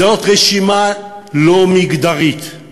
זאת רשימה לא מגדרית.